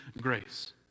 grace